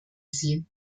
sie